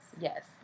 yes